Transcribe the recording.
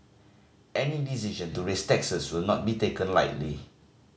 any decision to raise taxes will not be taken lightly